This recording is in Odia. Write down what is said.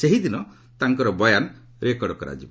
ସେହିଦିନ ତାଙ୍କର ବୟାନ ରେକର୍ଡ କରାଯିବ